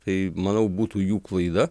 tai manau būtų jų klaida